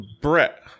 Brett